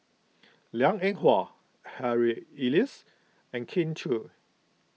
Liang Eng Hwa Harry Elias and Kin Chui